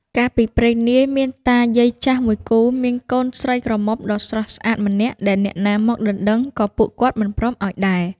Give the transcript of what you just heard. កាលពីព្រេងនាយ មានតាយាយចាស់មួយគូ មានកូនស្រីក្រមុំដ៏ស្រស់ស្អាតម្នាក់ ដែលអ្នកណាមកដណ្ដឹងក៏ពួកគាត់មិនព្រមឲ្យដែរ។